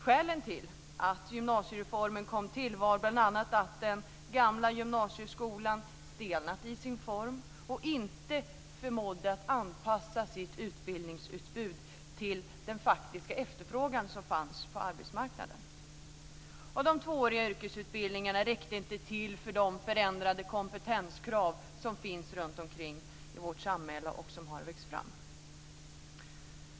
Skälen till att gymnasiereformen kom till var bl.a. att den gamla gymnasieskolan stelnat i sin form och inte förmådde anpassa sitt utbildningsutbud till den faktiska efterfrågan som fanns på arbetsmarknaden. De tvååriga yrkesutbildningarna räckte inte till för de förändrade kompetenskrav som finns runt omkring i vårt samhälle och som har växt fram på senare år.